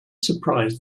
surprised